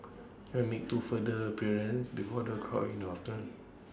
they will make two further appearances before the crowd in afternoon